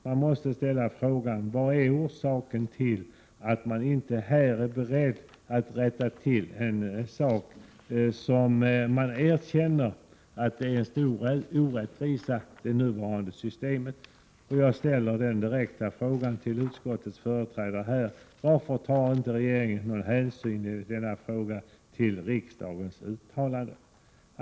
Vi måste ställa frågan om vad som är orsaken till att man inte är beredd att rätta till en sak som man erkänner är en stor orättvisa i det nuvarande systemet. Jag ställer de direkta frågorna till utskottets företrädare: Varför tar inte regeringen någon hänsyn till riksdagens uttalande i denna fråga?